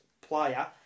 player